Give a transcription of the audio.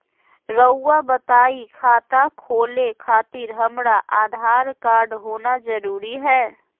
रउआ बताई खाता खोले खातिर हमरा आधार कार्ड होना जरूरी है?